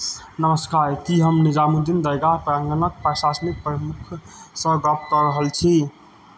नमस्कार कि हम निजामुद्दीन दरगाह प्राङ्गणके प्रशासनिक प्रमुखसे गप कऽ रहल छी